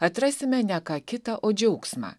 atrasime ne ką kita o džiaugsmą